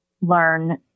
learn